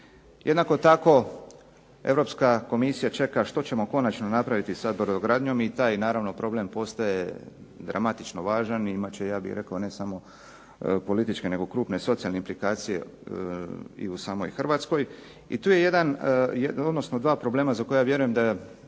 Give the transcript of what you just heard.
jednako tako Europska komisija čeka što ćemo konačno napraviti sa brodogradnjom i taj naravno problem postaje dramatično važan i imat će, ja bih rekao, ne samo političke nego krupne socijalne implikacije i u samoj Hrvatskoj. I tu je jedan, odnosno 2 problema za koje ja vjerujem da